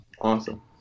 Awesome